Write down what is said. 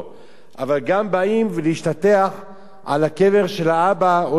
אבל גם באים להשתטח על הקבר של האבא או של האמא.